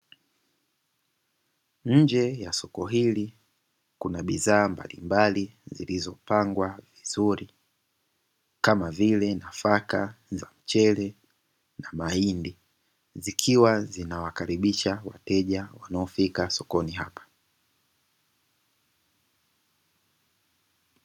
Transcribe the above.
Nje ya soko hili kuna bidhaa mbalimbali zilizopangwa vizuri kama vile nafaka za mchele na mahindi, zikiwa zinawakaribisha wateja wanaofika sokoni hapa.